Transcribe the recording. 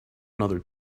another